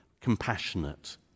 compassionate